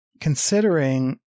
considering